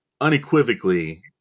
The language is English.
unequivocally